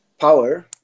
power